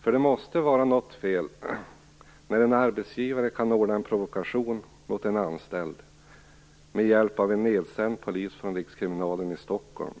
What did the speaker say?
för det måste vara något fel när en arbetsgivare kan ordna en provokation mot en anställd med hjälp av en nedsänd polis från Rikskriminalen i Stockholm.